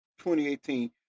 2018